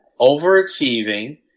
overachieving